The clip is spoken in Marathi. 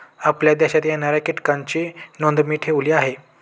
आपल्या शेतात येणाऱ्या कीटकांची नोंद मी ठेवली आहे